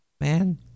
Man